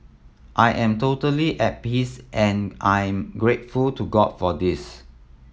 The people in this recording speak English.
I am totally at peace and I'm grateful to God for this